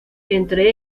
entre